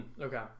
Okay